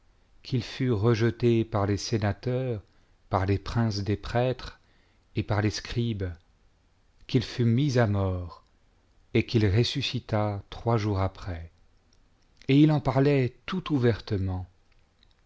qu'il fut rejeté par les sénateurs par les princes des prêtres et par les scribes qu'il fut mis à mort et qu'il ressuscitât trois jours après et il en parlait tout ouvertement